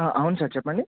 అవును సార్ చెప్పండి